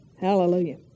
Hallelujah